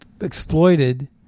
exploited